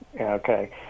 Okay